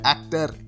Actor